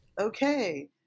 Okay